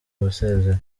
wasezeye